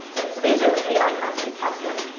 right. so these are the icons we tested.